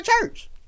church